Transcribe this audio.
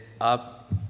up